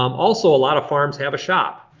um also a lot of farms have a shop.